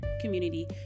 community